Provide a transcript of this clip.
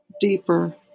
deeper